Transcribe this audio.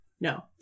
No